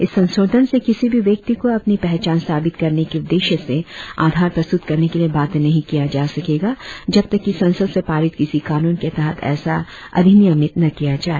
इस संधोधन से किसी भी व्यक्ति को अपनी पहचान साबित करने के उद्देश्य से आधार प्रस्तुत करने के लिए बाध्य नहीं किया जा सकेगा जब तक कि संसद से पारित किसी कानून के तरह ऐसा अधिनियमित न किया जाए